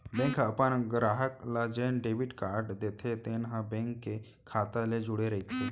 bank ह अपन गराहक ल जेन डेबिट कारड देथे तेन ह बेंक के खाता ले जुड़े रइथे